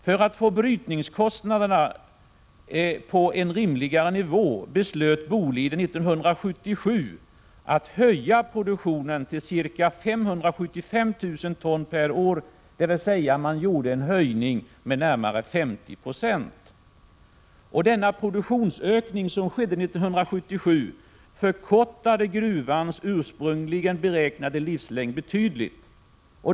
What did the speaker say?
För att få ner brytningskostnaderna till en rimligare nivå beslöt Boliden 1977 att öka produktionen till ca 575 000 ton per år, dvs. en ökning med närmare 50 26. Denna produktionsökning förkortade gruvans ursprungligen beräknade livslängd betydligt.